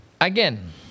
again